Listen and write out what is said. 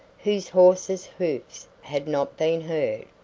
whose horse's hoofs had not been heard,